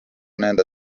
nende